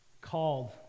called